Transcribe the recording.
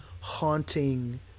haunting